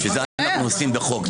בשביל זה אנחנו עושים בחוק,